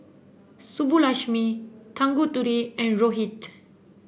Subbulakshmi Tanguturi and Rohit